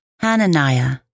Hananiah